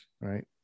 right